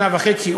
שנה וחצי,